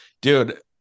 dude